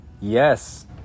Yes